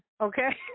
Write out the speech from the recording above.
okay